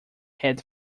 had